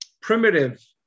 primitive